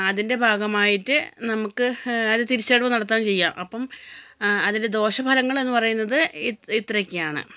അതിൻ്റെ ഭാഗമായിട്ട് നമുക്ക് അത് തിരിച്ചടവ് നടത്തേ ചെയ്യാം അപ്പം അതിൻ്റെ ദോഷഫലങ്ങളെന്ന് പറയുന്നത് ഇത്രയൊക്കെയാണ്